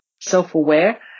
self-aware